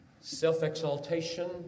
self-exaltation